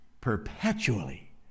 perpetually